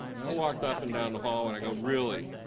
i walked up and down the hall and i go really?